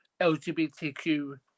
LGBTQ